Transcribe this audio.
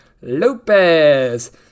Lopez